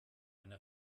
eine